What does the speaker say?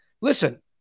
listen